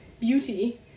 beauty